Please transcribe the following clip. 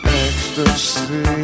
ecstasy